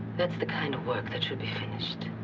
that's the kind of work that should be finished.